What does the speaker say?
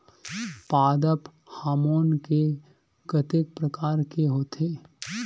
पादप हामोन के कतेक प्रकार के होथे?